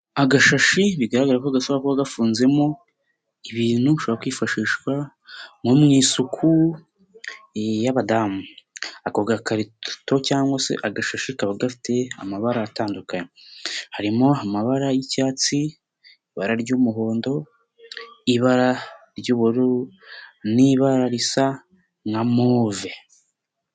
Agashashi bigaragara ko gasaba gafunzemo, ibintu ushobora kwifashishwa nko mu isuku y'abadamu. Ako gakarito cyangwa se agashashi kaba gafite amabara atandukanye. Harimo amabara y'icyatsi, ibara ry'umuhondo, ibara ry'ubururu n'ibara risa nka move.